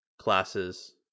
classes